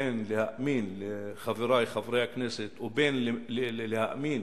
בין להאמין לחברי חברי הכנסת ובין להאמין